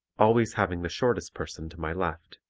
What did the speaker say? always having the shortest person to my left.